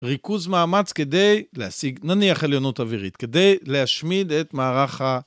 ריכוז מאמץ כדי להשיג, נניח, עליונות אווירית, כדי להשמיד את מערך ה...